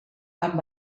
amb